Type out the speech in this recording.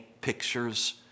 pictures